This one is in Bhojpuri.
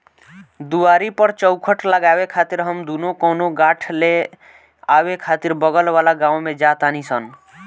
दुआरी पर चउखट लगावे खातिर हम दुनो कवनो काठ ले आवे खातिर बगल वाला गाँव में जा तानी सन